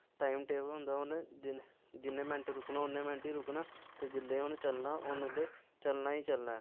time table होंदा उन्न् जिन्ने मैंट रुकना उ'नें मैंट ईं रुकना ते जिल्लै उन्न चलना उन्न ओह्ले चलना ई चलना ऐ